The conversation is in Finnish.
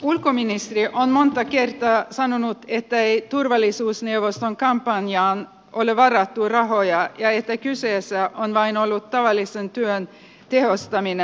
ulkoministeri on monta kertaa sanonut ettei turvallisuusneuvoston kampanjaan ole varattu rahoja ja että kyseessä on vain ollut tavallisen työn tehostaminen